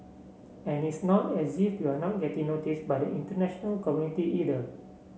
and it's not as if we're not getting noticed by the international community either